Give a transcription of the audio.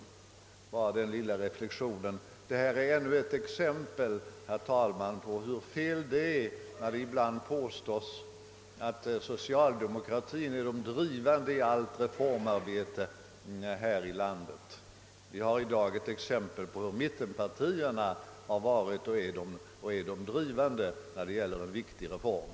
Jag vill bara göra den lilla reflexionen, att vi här har ännu ett exempel på hur felaktigt det ibland hörda påståendet är att socialdemokratin är den drivande kraften i allt reformarbete här i landet. Här har vi i dag ett exempel på att mittenpartierna har varit och är de drivande när det gäller en viktig reform.